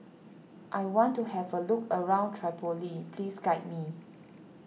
I want to have a look around Tripoli please guide me